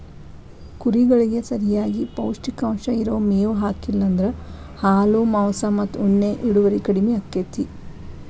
ಕುರಿಗಳಿಗೆ ಸರಿಯಾಗಿ ಪೌಷ್ಟಿಕಾಂಶ ಇರೋ ಮೇವ್ ಹಾಕ್ಲಿಲ್ಲ ಅಂದ್ರ ಹಾಲು ಮಾಂಸ ಮತ್ತ ಉಣ್ಣೆ ಇಳುವರಿ ಕಡಿಮಿ ಆಕ್ಕೆತಿ